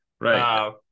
Right